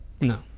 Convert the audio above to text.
No